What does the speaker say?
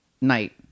night